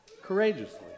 courageously